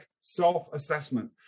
self-assessment